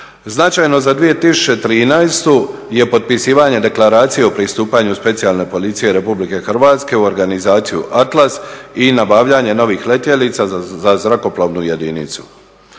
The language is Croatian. Značajno za 2013. je potpisivanje Deklaracije o pristupanju Specijalne policije RH u organizaciju ATLAS i nabavljanje novih letjelica za zrakoplovnu jedinicu.